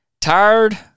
Tired